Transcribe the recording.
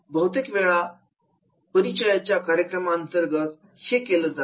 बहुतेक वेळा परिचयाच्या कार्यक्रमा अंतर्गत हे केलं जात